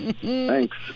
thanks